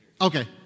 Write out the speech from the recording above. Okay